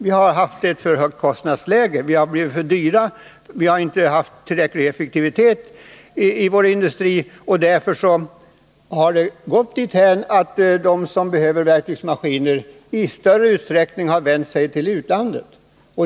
Vi har haft för högt kostnadsläge, vi har blivit för dyra, vi har inte haft tillräcklig effektivitet i vår industri, och därför har de som behöver verktygsmaskiner i större utsträckning vänt sig till utlandet.